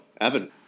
Evan